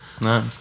No